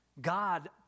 God